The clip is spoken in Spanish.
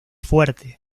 fuerte